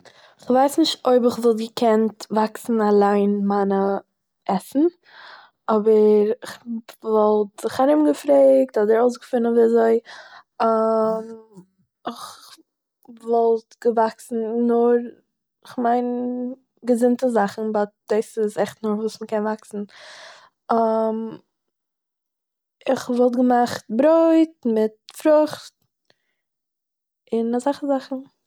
איך ווייס נישט אויב איך וואלט געקענט וואקסן אליין מיינע עסן, אבער, איך וואלט זיך ארומגעפרעגט אדער אויסגעפינען וויאזוי איך וואלט געוואקסן נאר כ'מיין געזונטע זאכן באט דאס איז אויך נאר וואס מען קען וואקסן, איך וואלט געמאכט ברויט מיט פרוכט און אסאך זאכן